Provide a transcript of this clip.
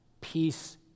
peace